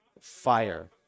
fire